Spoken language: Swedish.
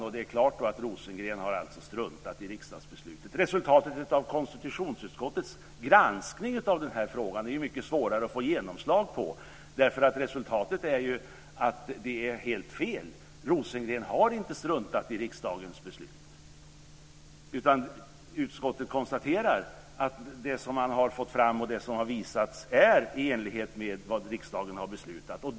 Det anses vara klart att Rosengren har struntat i riksdagsbeslutet. Resultatet av konstitutionsutskottets granskning av frågan är det mycket svårare att få genomslag för, därför att resultatet är att detta är helt fel! Rosengren har inte struntat i riksdagens beslut, utan utskottet konstaterar att det som man har fått fram och det som har visats är i enlighet med vad riksdagen har beslutat.